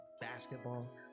basketball